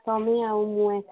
ତୁମେ ଆଉ ମୁଁ